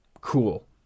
cool